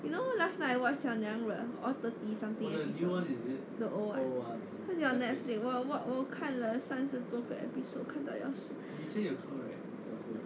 you know last night I watch 小娘惹 all thirty something episodes the old [one] cause it was on netflix 我我我看了三十多个 episode 看到要睡